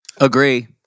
Agree